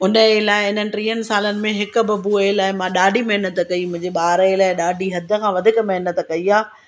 उनजे लाइ इननि टीहनि सालनि में हिकु बबु जे लाइ मां ॾाढी महिनत कई मुंहिंजे ॿार जे लाइ ॾाढी हद खां वधीक महिनत कई आहे